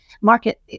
market